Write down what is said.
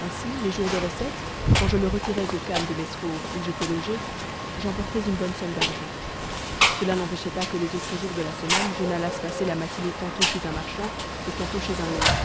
ainsi les jours de recette quand je me retirais au khan de mesrour où j'étais logé j'emportais une bonne somme d'argent cela n'empêchait pas que les autres jours de la semaine je n'allasse passer la matinée tantôt chez un marchand et tantôt chez un autre